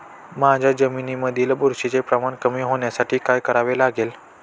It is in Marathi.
माझ्या जमिनीमधील बुरशीचे प्रमाण कमी होण्यासाठी काय करावे लागेल?